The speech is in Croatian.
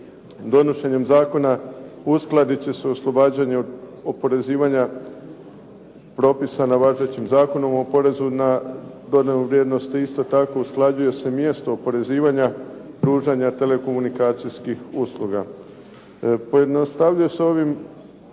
donošenjem zakona uskladiti će se oslobađanje oporezivanja propisana važećem Zakonu o porezu na dodanu vrijednost. I isto tako usklađuje se mjesto oporezivanja pružanja telekomunikacijskih usluga. Pojednostavljuje se ovim